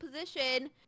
position